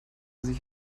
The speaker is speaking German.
sich